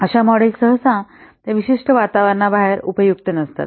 अशा मॉडेल सहसा त्या विशिष्ट वातावरणाबाहेर उपयुक्त नसतात